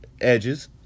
Edges